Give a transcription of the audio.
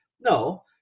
No